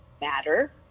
matter